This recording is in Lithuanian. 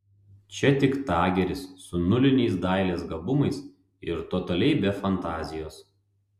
čia tik tageris su nuliniais dailės gabumais ir totaliai be fantazijos